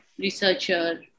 researcher